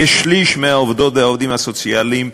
כשליש מהעובדות והעובדים הסוציאליים,